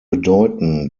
bedeuten